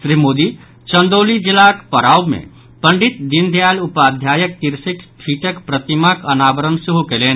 श्री मोदी चंदौली जिलाक पड़ाव मे पंडित दीनदयाल उपाध्यायक तिरसठि फीटक प्रतिमाक अनावरण सेहो कयलनि